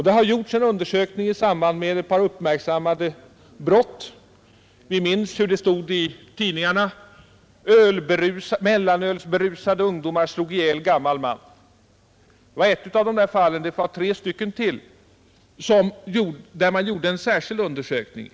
Det har gjorts undersökningar i samband med några uppmärksammade brott. Vi minns hur det stod i tidningarna: ”Mellanölsberusade ungdomar slog ihjäl gammal man.” Det var ett av de fall — det förekom tre till — där man gjorde en särskild undersökning.